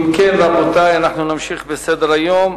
אם כן, רבותי, אנחנו נמשיך בסדר-היום.